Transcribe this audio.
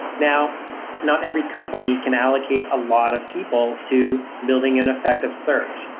now not every company can allocate a lot of people to building an effective search.